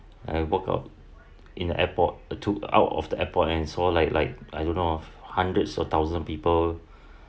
I walked out in the airport uh took out of the airport then I saw like like I don't know ah hundreds or thousand people